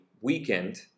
weekend